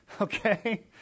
Okay